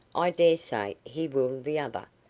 i dare say he will the other.